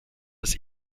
des